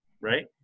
right